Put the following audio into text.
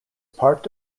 part